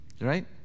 Right